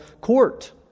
court